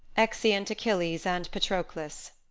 exeunt achilles and patroclus